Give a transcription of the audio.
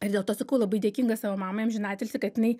ir dėl to sakau labai dėkinga savo mamai amžinatilsį kad jinai